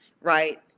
right